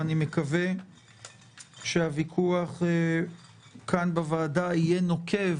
ואני מקווה שהוויכוח כאן בוועדה יהיה נוקב,